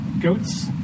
goats